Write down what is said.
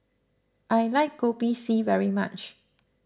I like Kopi C very much